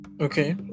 okay